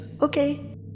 Okay